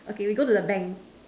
okay we go to the bank